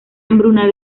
hambruna